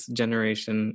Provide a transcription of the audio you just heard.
generation